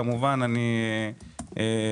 כמובן, אני בעד.